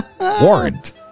Warrant